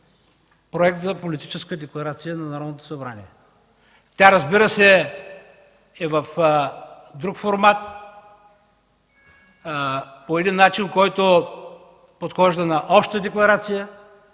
Проект за политическа декларация на Народното събрание. Тя, разбира се, е в друг формат, поднесена по начин, който подхожда на обща декларация.